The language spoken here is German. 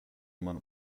man